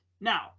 Now